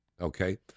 okay